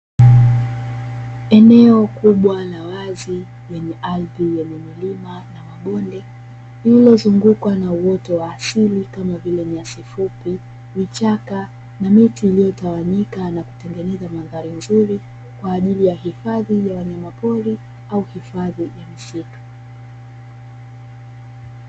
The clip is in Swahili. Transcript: Eneo kubwa la wazi lenye ardhi yenye milima na mabonde, lililozungukwa na uoto wa asili kama vile; nyasi fupi, vichaka na miti iliyotawanyika na kutengeneza mandhari nzuri kwa ajili ya hifadhi ya wanyamapori au hifadhi ya misitu.